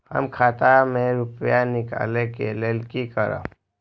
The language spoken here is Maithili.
हम खाता से रुपया निकले के लेल की करबे?